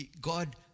God